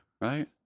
right